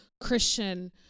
Christian